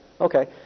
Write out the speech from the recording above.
Okay